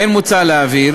כן מוצע להבהיר